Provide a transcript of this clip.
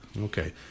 Okay